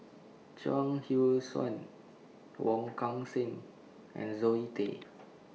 Chuang Hui Tsuan Wong Kan Seng and Zoe Tay